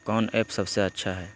कौन एप्पबा सबसे अच्छा हय?